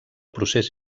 procés